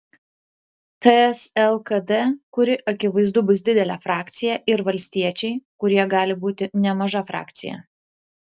ts lkd kuri akivaizdu bus didelė frakcija ir valstiečiai kurie gali būti nemaža frakcija